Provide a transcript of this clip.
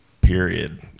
period